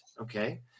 okay